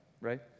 right